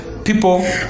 People